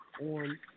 on